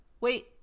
Wait